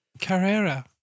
Carrera